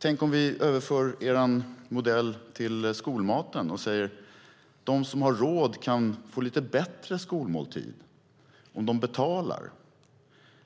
Tänk om vi överför er modell till skolmaten och säger att de som har råd kan få lite bättre skolmåltid om de betalar,